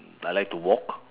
I like to walk